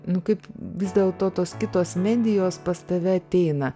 nu kaip vis dėlto tos kitos medijos pas tave ateina